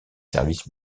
services